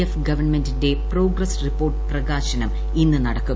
F ഗവൺമെന്റിന്റെ progress റിപ്പോർട്ടിന്റെ പ്രകാശനം ഇന്ന് നടക്കും